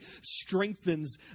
strengthens